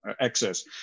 access